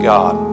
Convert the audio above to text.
God